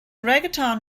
reggaeton